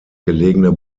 gelegene